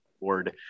board